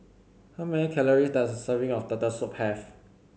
how many calories does a serving of Turtle Soup have